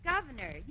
Governor